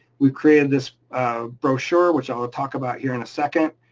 we created this brochure, which i'll talk about here in a second,